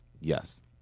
Yes